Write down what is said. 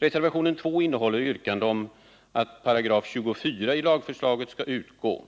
Reservation nr 2 innehåller yrkande om att 24 § i lagförslaget skall utgå.